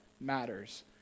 matters